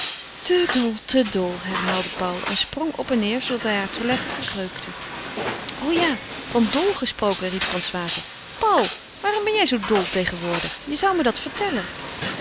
te dol te dol herhaalde paul en sprong op en neêr zoodat hij haar toiletten verkreukte o ja van dol gesproken riep françoise paul waarom ben jij zoo dol tegenwoordig je zou me dat vertellen